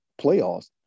playoffs